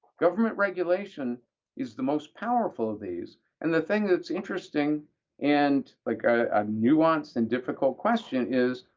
government regulation is the most powerful of these, and the thing that's interesting and like a nuanced and difficult question is,